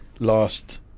Last